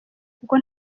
kuko